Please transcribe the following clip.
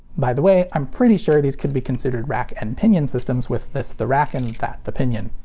by the way, i'm pretty sure these could be considered rack and pinion systems, with this the rack and that the pinion.